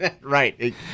right